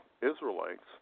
Israelites